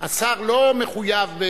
השר לא מחויב,